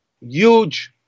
huge